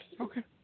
Okay